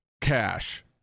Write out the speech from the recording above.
cash